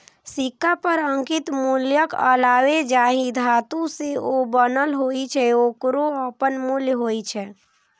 सिक्का पर अंकित मूल्यक अलावे जाहि धातु सं ओ बनल होइ छै, ओकरो अपन मूल्य होइ छै